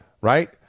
right